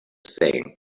saying